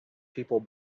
people